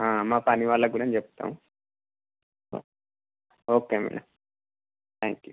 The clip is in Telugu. మా పని వాళ్ళకు కూడా చెప్తాం ఓకే మేడమ్ థ్యాంక్ యూ